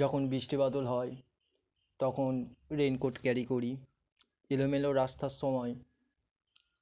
যখন বৃষ্টি বাদল হয় তখন রইেনকোট ক্যারি করি এলোমেলো রাস্তার সময়